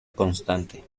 constante